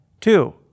Two